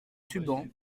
tubans